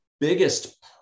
biggest